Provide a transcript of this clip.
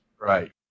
Right